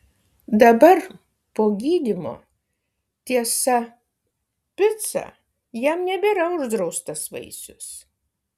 dabar po gydymo tiesa pica jam nebėra uždraustas vaisius